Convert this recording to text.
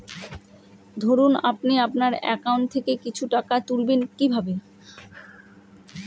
ধরুন আপনি আপনার একাউন্ট থেকে কিছু টাকা তুলবেন কিভাবে?